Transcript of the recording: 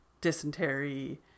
dysentery